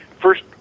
First